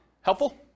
Helpful